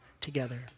together